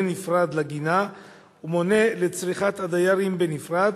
נפרד לגינה ומונה לצריכת הדיירים בנפרד,